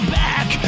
back